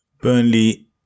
Burnley